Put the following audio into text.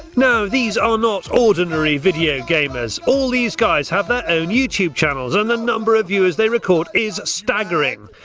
now, these are not ordinary video gamers. all these guys have their own youtube channels and the number of viewers they record is staggering.